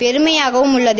பெருமிதமாகவும் உள்ளது